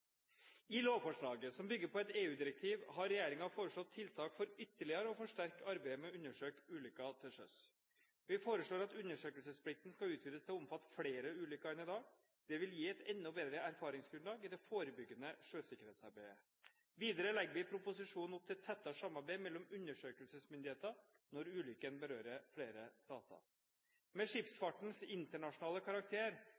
I lovforslaget, som bygger på et EU-direktiv, har regjeringen foreslått tiltak for ytterligere å forsterke arbeidet med å undersøke ulykker til sjøs. Vi foreslår at undersøkelsesplikten skal utvides til å omfatte flere ulykker enn i dag. Det vil gi et enda bredere erfaringsgrunnlag i det forebyggende sjøsikkerhetsarbeidet. Videre legger vi i proposisjonen opp til et tettere samarbeid mellom undersøkelsesmyndigheter når ulykken berører flere stater. Med